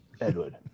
Edward